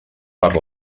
per